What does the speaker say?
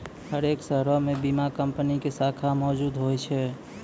हरेक शहरो मे बीमा कंपनी के शाखा मौजुद होय छै